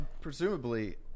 presumably